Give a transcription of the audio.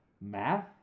Math